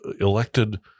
elected